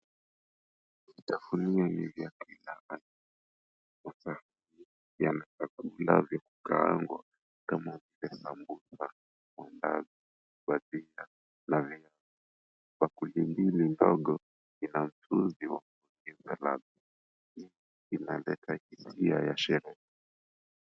Vitafunio hivi vya kila aina vya chakula vya kukaangwa kama vile sambusa, maandazi, bajia na viazi. Bakuli mbili ndogo ina mchuzi wa kuongeza ladha inalenta hisia ya sherehe.